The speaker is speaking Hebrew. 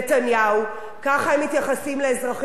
ככה הם מתייחסים לאזרחים ולאזרחיות,